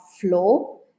flow